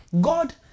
God